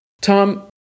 Tom